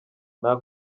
nta